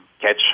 catch